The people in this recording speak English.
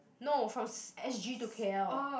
no from si~ S_G to K_L